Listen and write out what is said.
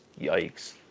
yikes